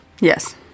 Yes